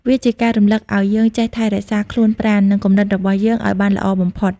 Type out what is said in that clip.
វាជាការរំលឹកឱ្យយើងចេះថែរក្សាខ្លួនប្រាណ និងគំនិតរបស់យើងឱ្យបានល្អបំផុត។